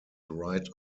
right